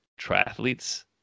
triathletes